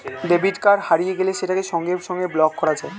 debit card হারিয়ে গেলে সেটাকে সঙ্গে সঙ্গে ব্লক করা যায়